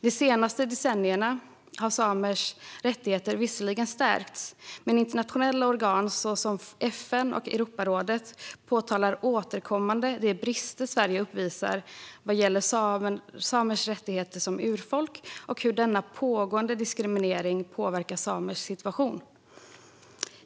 De senaste decennierna har samers rättigheter visserligen stärkts, men internationella organ såsom FN och Europarådet påtalar återkommande de brister Sverige uppvisar vad gäller samers rättigheter som urfolk och hur denna pågående diskriminering påverkar samers situation.